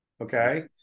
okay